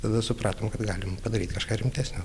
tada supratom kad galim padaryt kažką rimtesnio